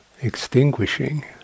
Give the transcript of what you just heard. extinguishing